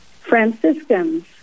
Franciscans